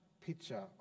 picture